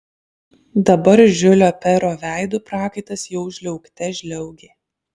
dabar žiulio pero veidu prakaitas jau žliaugte žliaugė